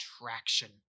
traction